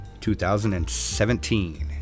2017